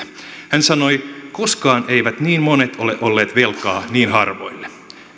hän sanoi koskaan eivät niin monet ole olleet velkaa niin harvoille